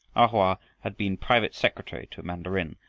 a hoa had been private secretary to a mandarin,